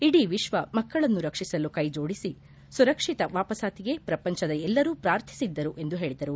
ಇಡೀ ವಿಶ್ವ ಮಕ್ಕಳನ್ನು ರಕ್ಷಿಸಲು ಕೈಜೋಡಿಸಿ ಸುರಕ್ಷಿತ ವಾಪಸಾತಿಗೆ ಪ್ರಪಂಚದ ಎಲ್ಲರೂ ಪ್ರಾರ್ಥಿಸಿದ್ದರು ಎಂದು ಹೇಳಿದರು